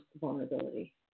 vulnerability